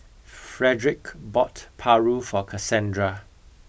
Fredric bought Paru for Cassandra